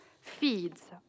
feeds